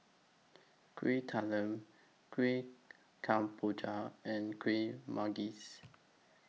Kueh Talam Kuih Kemboja and Kueh Manggis